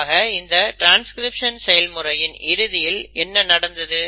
ஆக இந்த ட்ரான்ஸ்கிரிப்ஷன் செயல்முறையின் இறுதியில் என்ன நடந்தது